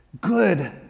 good